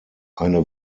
eine